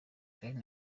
charly